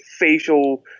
facial